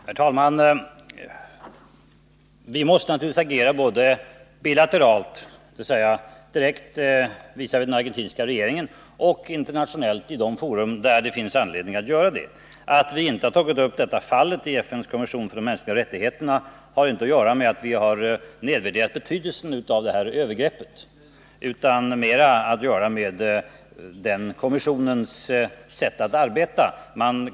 Herr talman! Vi måste naturligtvis agera både bilateralt, dvs. direkt visavi den argentinska regeringen, och internationellt i de fora där det finns anledning att göra det. Att vi inte tagit upp detta fall i FN:s kommission för de mänskliga rättigheterna får inte tolkas så att vi har undervärderat betydelsen av det här övergreppet, utan det har att göra med kommissionens sätt att arbeta.